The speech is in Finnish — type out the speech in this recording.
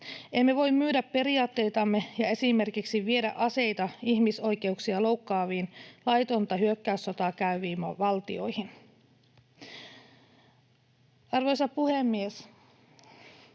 Emme voi myydä periaatteitamme ja esimerkiksi viedä aseita ihmisoikeuksia loukkaaviin, laitonta hyökkäyssotaa käyviin valtioihin. Arvoisa puhemies!